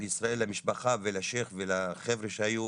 לישראל למשפחה, לשייח ולחבר'ה שהיו